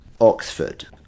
Oxford